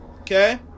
Okay